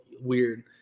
weird